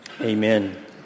Amen